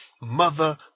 mother